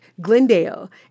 Glendale